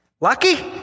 Lucky